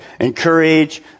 encourage